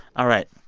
all right,